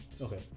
Okay